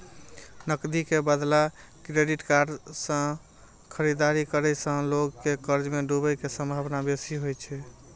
नकदी के बदला क्रेडिट कार्ड सं खरीदारी करै सं लोग के कर्ज मे डूबै के संभावना बेसी होइ छै